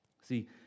See